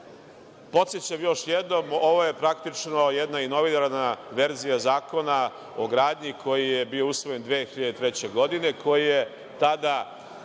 danas. Podsećam još jednom, ovo je praktično jedna inovirana verzija Zakona o gradnji, koji je bio usvojen 2003. godine, koji je tada